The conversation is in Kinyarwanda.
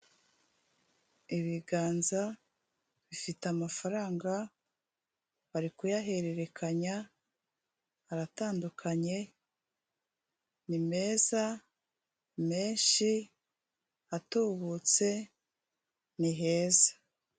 Ibiganza bifite amafaranga bari kuyahererekanya aratandukanye, ni meza menshi atubutse ni heza.